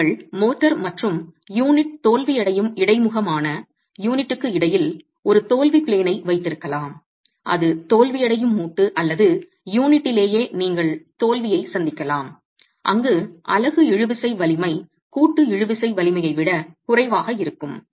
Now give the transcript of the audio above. நீங்கள் மோர்டார் மற்றும் யூனிட் தோல்வியடையும் இடைமுகமான யூனிட்டுக்கு இடையில் ஒரு தோல்வி ப்ளேன் ஐ வைத்திருக்கலாம் அது தோல்வியடையும் மூட்டு அல்லது யூனிட்டிலேயே நீங்கள் தோல்வியை சந்திக்கலாம் அங்கு அலகு இழுவிசை வலிமை கூட்டு இழுவிசை வலிமையை விட குறைவாக இருக்கும்